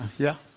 yeah?